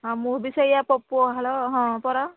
ହଁ ମୁଁ ବି ସେୟା ପୋହାଳ ହଁ ପରା